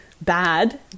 bad